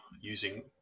using